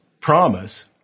promise